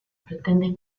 pretenden